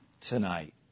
tonight